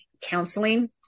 Counseling